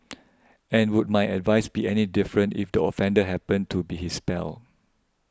and would my advice be any different if the offender happened to be his pal